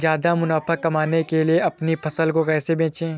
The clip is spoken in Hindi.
ज्यादा मुनाफा कमाने के लिए अपनी फसल को कैसे बेचें?